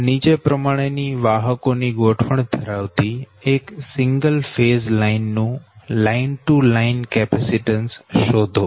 નીચે પ્રમાણે ની વાહકોની ગોઠવણ ધરાવતી એક સિંગલ ફેઝ લાઈન નું લાઈન ટુ લાઈન કેપેસીટન્સ શોધો